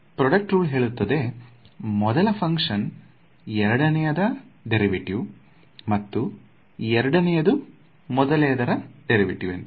product rule ಹೇಳುತ್ತೆ ಮೊದಲ function ಎರಡನೆಯದರ ಡೇರಿವೆಟಿವ್ ಮತ್ತು ಎರಡನೆಯದು ಮೊದಲದರ ಡೇರಿವೆಟಿವ್ ಎಂದು